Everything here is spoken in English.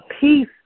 peace